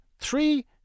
three